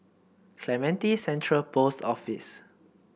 Clementi Central Post Office